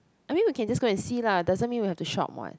I mean we can just go and see lah doesn't mean we have to shop [what]